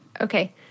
Okay